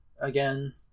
again